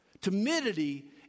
Timidity